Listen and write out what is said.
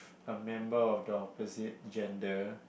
a member of the opposite gender